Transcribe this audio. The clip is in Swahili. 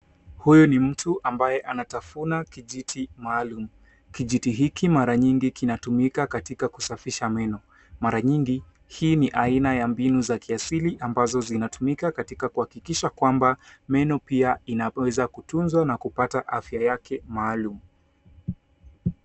Huyu ni mtu ambaye anatafuna kijiti maalum. kijiti hiki mara nyingi kinatumika katika kusafisha meno. Mara nyingi hii ni aina ya mbinu za kiasili ambazo zinatumika katika kuhakikisha kwamba meno pia inaweza kutunzwa na kupata afya yake maalum.